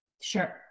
Sure